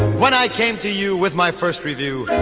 when i came to you with my first review,